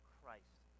Christ